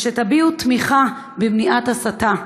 ושתביעו תמיכה במניעת הסתה.